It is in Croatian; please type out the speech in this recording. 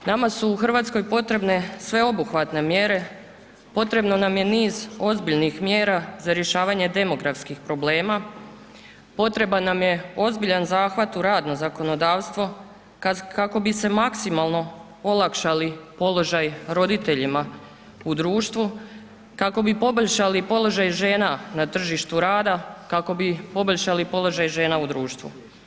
Nama su u Hrvatskoj potrebne sveobuhvatne mjere, potrebno je niz ozbiljnih mjera za rješavanje demografskih problema, potreban nam je ozbiljan zahvat u radno zakonodavstvo kako bi se maksimalno olakšali položaj roditeljima u društvu, kako bi poboljšali položaj žena na tržištu rada, kako bi poboljšali položaj žena u društvu.